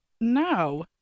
No